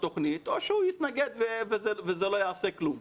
התכנית או שהוא יתנגד וזה לא יעשה כלום.